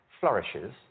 flourishes